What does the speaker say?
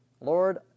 Lord